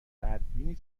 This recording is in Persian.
بدبینی